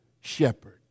shepherd